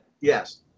yes